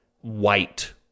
white